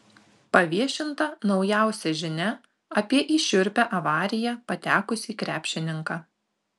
paviešinta naujausia žinia apie į šiurpią avariją patekusį krepšininką